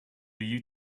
you